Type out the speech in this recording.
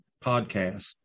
podcast